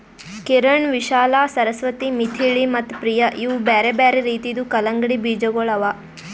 ಕಿರಣ್, ವಿಶಾಲಾ, ಸರಸ್ವತಿ, ಮಿಥಿಳಿ ಮತ್ತ ಪ್ರಿಯ ಇವು ಬ್ಯಾರೆ ಬ್ಯಾರೆ ರೀತಿದು ಕಲಂಗಡಿ ಬೀಜಗೊಳ್ ಅವಾ